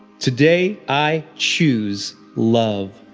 today i choose love.